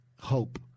hope